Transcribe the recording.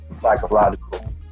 psychological